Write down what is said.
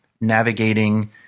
navigating